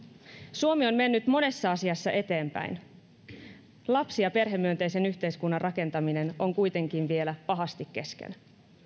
suomi on mennyt monessa asiassa eteenpäin lapsi ja perhemyönteisen yhteiskunnan rakentaminen on kuitenkin vielä pahasti kesken